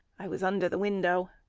i was under the window.